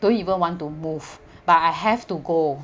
don't even want to move but I have to go